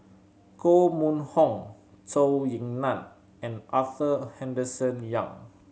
Koh Mun Hong Zhou Ying Nan and Arthur Henderson Young